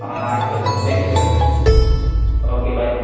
ಹಾಂ ಆಯ್ತು sir thank you sir okay bye